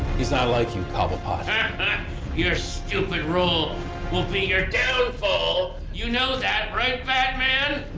he's not like you cobblepot your stupid rule will be your downfall, you know that, right batman?